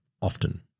often